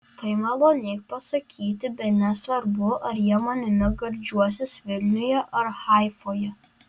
tai malonėk pasakyti bene svarbu ar jie manimi gardžiuosis vilniuje ar haifoje